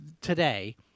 today